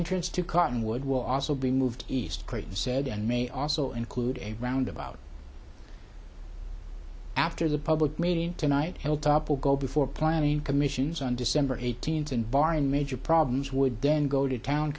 entrance to cottonwood will also be moved east craig said and may also include a roundabout after the public meeting tonight held up will go before planning commissions on december eighteenth and bar and major problems would then go to town